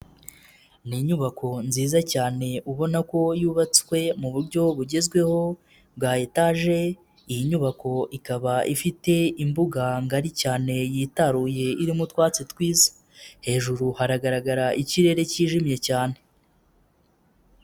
Ni inyubako nziza cyane ubona ko yubatswe mu buryo bugezweho bwa etaje, iyi nyubako ikaba ifite imbuga ngari cyane yitaruye irimo utwatsi twiza, hejuru hagaragara ikirere cyijimye cyane.